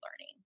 learning